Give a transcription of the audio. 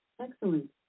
Excellent